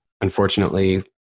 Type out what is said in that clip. unfortunately